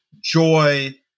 joy